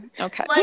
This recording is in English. okay